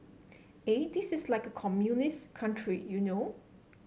eh this is like a communist country you know